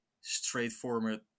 straightforward